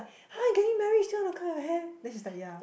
!huh! you getting marriage still want to cut your hair then she's like ya